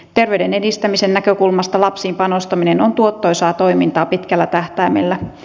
terveyden edistämisen näkökulmasta lapsiin panostaminen on tuottoisaa toimintaa pitkällä tähtäimellä